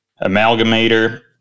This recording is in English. amalgamator